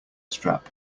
strap